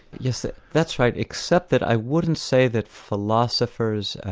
yes that's right, except that i wouldn't say that philosophers,